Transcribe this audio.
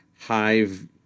hive